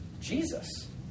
Jesus